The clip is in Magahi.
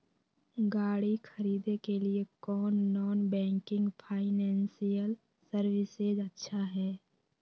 गाड़ी खरीदे के लिए कौन नॉन बैंकिंग फाइनेंशियल सर्विसेज अच्छा है?